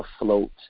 afloat